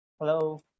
Hello